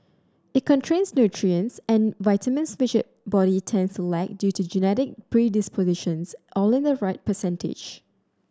it nutrients and vitamins which you body tends to lack due to genetic predispositions all in the right percentage